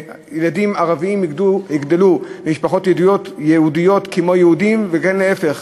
שילדים ערבים יגדלו במשפחות יהודיות כמו יהודים וגם להפך,